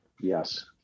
yes